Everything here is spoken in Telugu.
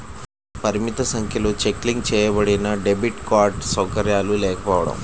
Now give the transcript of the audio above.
పరిమిత సంఖ్యలో చెక్ లింక్ చేయబడినడెబిట్ కార్డ్ సౌకర్యాలు లేకపోవడం